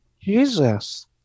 Jesus